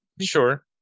sure